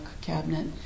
cabinet